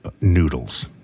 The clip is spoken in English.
noodles